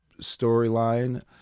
storyline